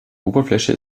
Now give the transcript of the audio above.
oberfläche